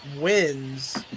wins